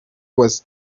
was